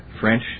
French